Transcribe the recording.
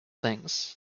things